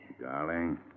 Darling